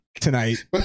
tonight